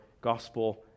gospel